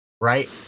Right